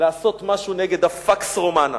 לעשות משהו נגד ה-pax romana.